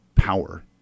power